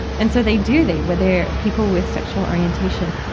and so, they do. they, where there, people with sexual orientation,